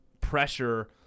pressure